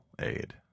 aid